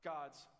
God's